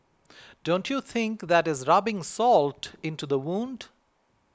don't you think that is rubbing salt into the wound